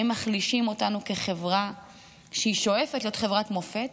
שמחלישים אותנו כחברה ששואפת להיות חברת מופת